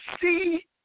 see